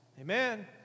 Amen